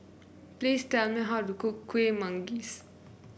please tell me how to cook Kueh Manggis